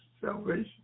salvation